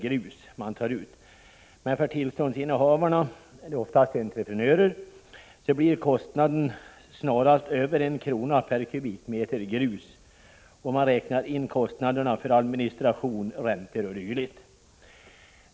grus som tas ut, men för tillståndsinnehavarna, oftast entreprenörer, blir kostnaden snarast över en krona per kubikmeter grus, om man räknar in kostnaderna för administration, räntor o.d.